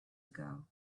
ago